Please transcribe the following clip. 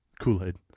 Kool-Aid